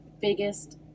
biggest